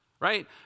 right